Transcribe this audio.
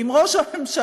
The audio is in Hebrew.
ואם, ראש הממשלה,